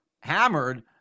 hammered